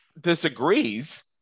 disagrees